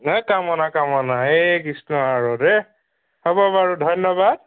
কামনা কামনা হে কৃষ্ণ আৰু দেই হ'ব বাৰু ধন্যবাদ